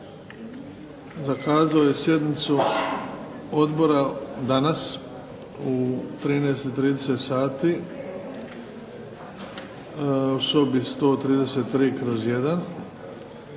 zakazao je sjednicu odbora danas, u 13 i 30 sati, u sobi 133/I, sa